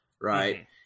right